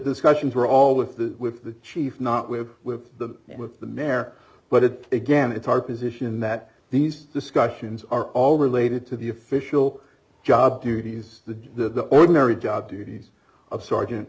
discussions were all with the with the chief not with with the with the mer but it again it's our position that these discussions are all related to the official job duties the ordinary job duties of sergeant